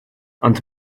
ond